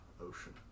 ocean